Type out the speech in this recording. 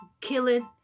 killing